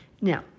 Now